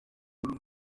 impa